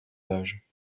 âge